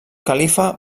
califa